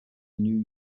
new